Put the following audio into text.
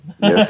Yes